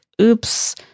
oops